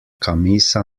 camisa